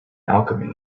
alchemy